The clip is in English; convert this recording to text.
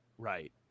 right